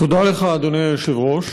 תודה לך, אדוני היושב-ראש.